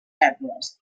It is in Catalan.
pèrdues